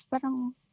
parang